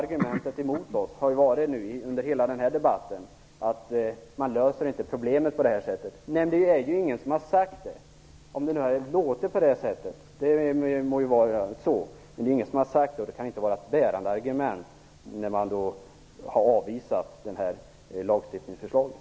Det må vara att det har låtit på det sättet, men det är ingen som har sagt det. Det kan inte vara ett bärande argument för att avvisa det här lagstiftningsförslaget.